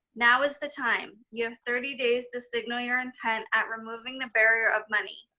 now is the time. you have thirty days to signal your intent at removing the barrier of money.